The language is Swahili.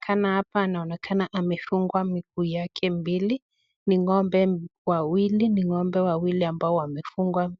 tunaona hapa anaonekana amefungwa miguu yake mbili. Ni ng'ombe wawili. Ni ng'ombe wawili ambao wamefungwa